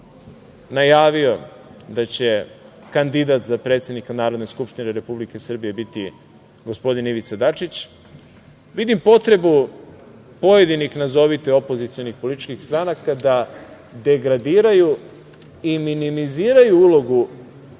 najavio da će kandidat za predsednika Narodne skupštine Republike Srbije biti gospodin Ivica Dačić vidim potrebu pojedinih nazovite opozicionih političkih stranaka da degradiraju i minimiziraju ulogu